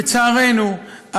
לצערנו,